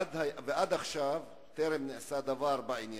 ועד עכשיו טרם נעשה דבר בעניין.